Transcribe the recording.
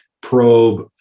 probe